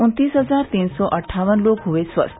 उन्तीस हजार तीन सौ अट्ठावन लोग हुए स्वस्थ